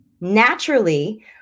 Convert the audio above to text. Naturally